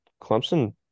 Clemson